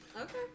Okay